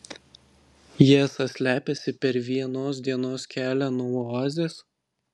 jie esą slepiasi per vienos dienos kelią nuo oazės